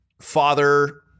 Father